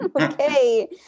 okay